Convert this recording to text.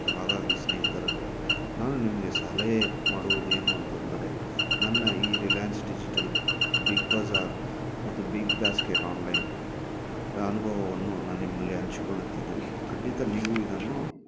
so ಹಾಗಾಗಿ ಸ್ನೇಹಿತರುಗಳೇ ನಾನು ನಿಮಗೆ ಸಲಹೆ ಮಾಡುವುದು ಏನು ಅಂತಂದರೆ ನನ್ನ ಈ ರಿಲಯನ್ಸ್ ಡಿಜಿಟಲ್ ಬಿಗ್ ಬಜಾರ್ ಮತ್ತು ಬಿಗ್ ಬಾಸ್ಕೆಟ್ ಆನ್ಲೈನ್ ಅನುಭವವನ್ನು ನಾನು ನಿಮ್ಮಲ್ಲಿ ಹಂಚಿಕೊಳ್ಳುತ್ತಿದ್ದೇನೆ ಖಂಡಿತ ನೀವು ಇದನ್ನು